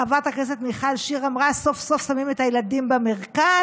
חברת הכנסת מיכל שיר אמרה: סוף-סוף שמים את הילדים במרכז,